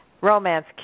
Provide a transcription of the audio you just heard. romance